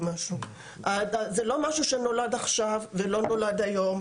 זה לא משהו שנולד עכשיו ולא נולד היום.